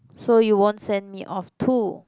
so you won't send me off too